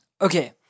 Okay